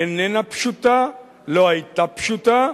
איננה פשוטה, לא היתה פשוטה,